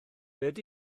beth